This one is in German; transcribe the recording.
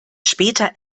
später